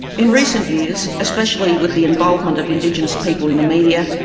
in recent years, especially with the involvement of indigenous people in the media,